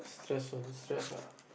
stress or de stress ah